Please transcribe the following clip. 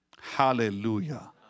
Hallelujah